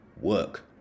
work